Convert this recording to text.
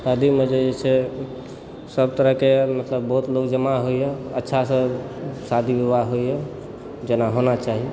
शादीमे जे छै से सभ तरहकेँ मतलब बहुत लोग जमा होइए अच्छासँ शादी विवाह होइए जेना होना चाही